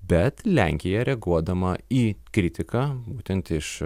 bet lenkija reaguodama į kritiką būtent iš